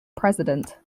president